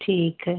ठीक है